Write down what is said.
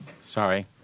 Sorry